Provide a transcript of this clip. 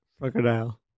Crocodile